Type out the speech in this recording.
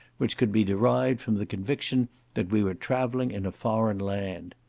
which could be derived from the conviction that we were travelling in a foreign land.